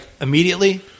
immediately